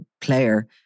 player